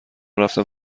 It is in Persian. رفتم